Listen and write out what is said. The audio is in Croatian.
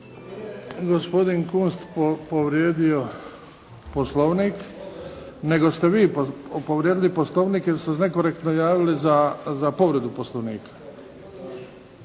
gospodin Kunst povrijedio Poslovnik, nego ste vi povrijedili Poslovnik jer ste se nekorektno javili za povredu Poslovnika.